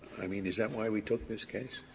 i mean, is that why we took this case?